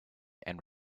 and